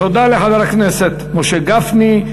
תודה לחבר הכנסת משה גפני.